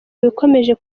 bikomeje